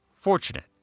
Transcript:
Fortunate